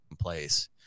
place